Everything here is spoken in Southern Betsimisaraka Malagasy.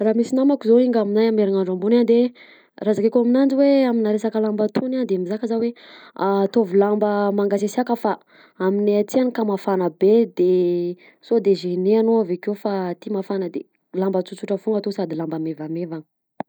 Raha misy namako zao enga aminah amin'ny herinandro ambony a de raha zakaiko aminanjy hoe amina resaka lamba tony a de mizaka zah hoe ataovy lamba mangasisiaka fa aminay aty hany ka mafana be de sode gene anao avakeo fa aty mafana de lamba tsotsotra foagna atao sady lamba mevamevana.